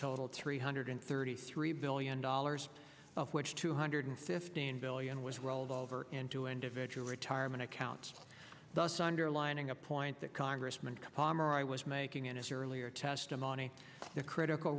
total three hundred thirty three billion dollars of which two hundred fifteen billion was rolled over into individual retirement accounts thus underlining a point that congressman come palmer i was making in his earlier testimony the critical